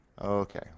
Okay